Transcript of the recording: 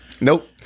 Nope